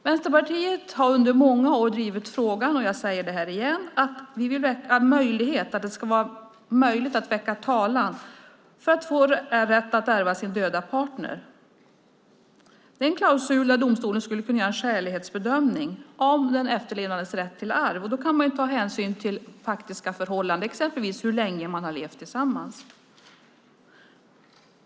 Vänsterpartiet har under många år drivit frågan, och jag säger det igen, att vi vill att det ska vara möjligt att väcka talan för att få rätten att ärva sin döda partner prövad - en klausul om att domstolen ska göra en skälighetsbedömning om den efterlevandes rätt till arv. Då kan man ta hänsyn till faktiska förhållanden, exempelvis hur länge man har levt tillsammans.